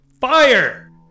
FIRE